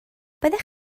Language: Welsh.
byddech